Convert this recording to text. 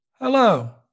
Hello